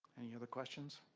any other questions?